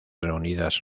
reunidas